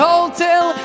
Hotel